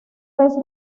vez